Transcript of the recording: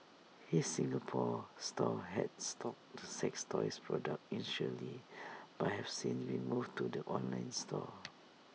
his Singapore store had stocked the sex toys products initially but have since been moved to the online store